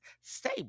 stay